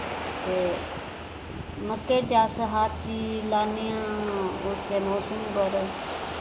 ते मक्कें च अस हर चीज लान्ने आं उस्सै मौसम पर